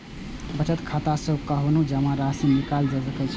बचत खाता सं कखनहुं जमा राशि निकालल जा सकै छै